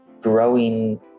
growing